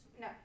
no